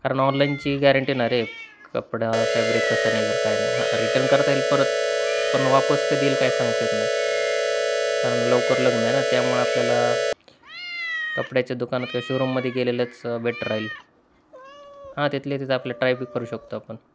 कारण ऑनलाईनची गॅरंटी नाही रे कपडा फॅब्रिक कसा निघेल काय नाही हा रिटर्न करता येईल परत पण वापस काय देईल काय सांगता येत नाही कारण लवकर लग्न आहे ना त्यामुळे आपल्याला कपड्याच्या दुकानात किंवा शोरूममध्ये गेलेलंच बेटर राहील हा तिथल्या तिथं आपलं ट्राय बी करू शकतो आपण